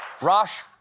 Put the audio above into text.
Rosh